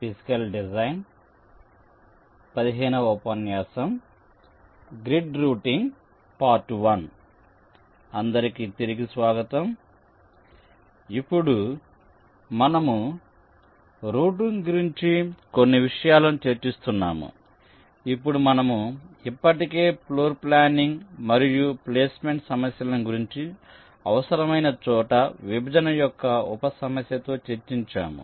తిరిగి స్వాగతం ఇప్పుడు మనము రూటింగ్ గురించి కొన్ని విషయాలను చర్చిస్తున్నాము ఇప్పుడు మనము ఇప్పటికే ఫ్లోర్ ప్లానింగ్ మరియు ప్లేస్మెంట్ సమస్యలను గురించి అవసరమైన చోట విభజన యొక్క ఉప సమస్యతో చర్చించాము